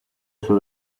suo